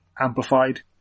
amplified